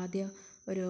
ആദ്യമൊരു